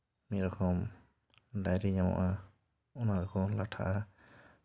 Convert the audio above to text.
ᱢᱤᱫ ᱨᱚᱠᱚᱢ ᱰᱟᱭᱨᱤ ᱧᱟᱢᱚᱜᱼᱟ ᱚᱱᱟ ᱨᱮᱠᱚ ᱞᱟᱴᱷᱟᱜᱼᱟ